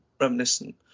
reminiscent